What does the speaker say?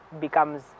becomes